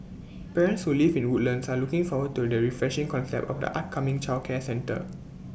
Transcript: parents who live in Woodlands are looking forward to the refreshing concept of the upcoming childcare centre